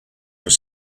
were